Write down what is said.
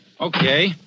Okay